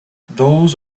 those